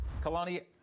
Kalani